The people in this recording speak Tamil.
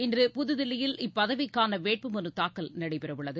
இன்று புதுதில்லியில் இப்பதவிக்கான வேட்பு மனு தாக்கல் நடைபெற உள்ளது